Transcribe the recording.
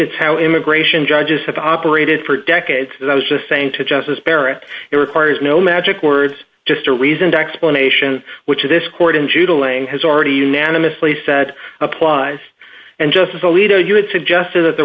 it's how immigration judges have operated for decades and i was just saying to justice barrett it requires no magic words just a reasoned explanation which this court in judah laying has already unanimously said applies and justice alito you had suggested that the